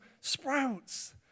sprouts